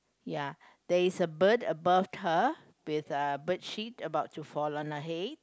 ya there is a bird above her with uh bird shit about to fall on her head